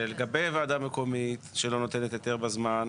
שלגבי וועדה מקומית שלא נותנת היתר בזמן,